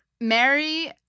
Mary